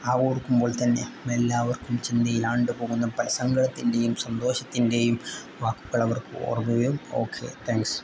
ആ ഓർക്കുമ്പോൾ തന്നെ എല്ലാവർക്കും ചിന്തയിലാണ്ട് പോകുന്ന പല സങ്കടത്തിൻ്റെയും സന്തോഷത്തിൻ്റെയും വാക്കുകൾ അവർക്ക് ഓർകുകയും ഓക്കെ താങ്ക്സ്